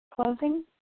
closing